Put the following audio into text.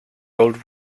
old